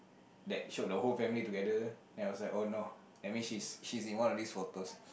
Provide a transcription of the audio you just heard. that showed the whole family together then I was like oh no that means she's she is in one of these photos